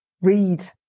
read